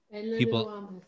people